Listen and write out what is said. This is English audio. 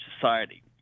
society